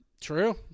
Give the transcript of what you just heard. True